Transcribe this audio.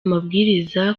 mabwiriza